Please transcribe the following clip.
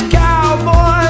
cowboy